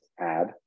add